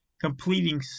completing